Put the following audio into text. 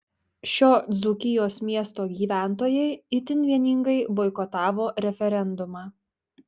šio dzūkijos miesto gyventojai itin vieningai boikotavo referendumą